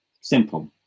simple